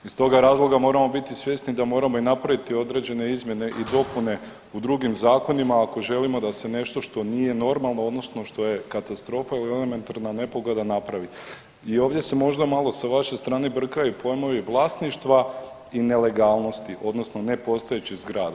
Iz toga razloga moramo biti svjesni da moramo i napraviti određene izmjene i dopune u drugim zakonima ako želimo da se nešto što nije normalno, odnosno što je katastrofa ili elementarna nepogoda, napravi i ovdje se možda malo sa vaše strane brkaju pojmovi vlasništva i nelegalnosti, odnosno nepostojećih zgrada.